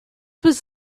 was